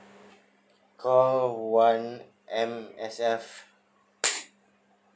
call one M_S_F